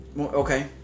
Okay